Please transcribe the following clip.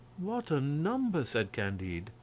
what a number! said candide.